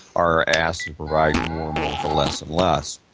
are asked to provide more and more for less and less.